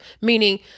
Meaning